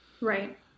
Right